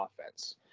offense